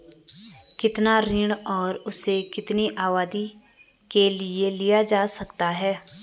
कितना ऋण और उसे कितनी अवधि के लिए लिया जा सकता है?